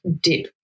dip